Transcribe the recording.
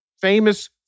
famous